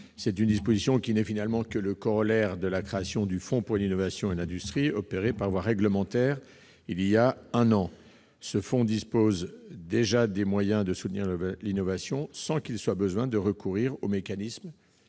cette disposition n'est que le corollaire de la création du Fonds pour l'innovation et l'industrie opérée par voie réglementaire voilà un an. Ce fonds dispose d'ores et déjà des moyens de soutenir l'innovation, sans qu'il soit besoin de recourir au mécanisme